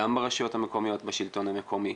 גם ברשויות המקומיות ובשלטון המקומי.